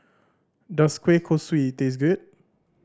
does kueh kosui taste good